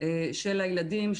של הילדים,